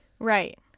Right